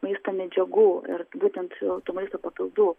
maisto medžiagų ir būtent tų maisto papildų